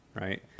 right